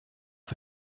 for